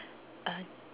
uh